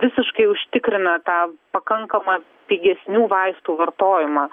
visiškai užtikrina ta pakankamą pigesnių vaistų vartojimą